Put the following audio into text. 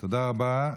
תודה רבה.